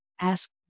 Ask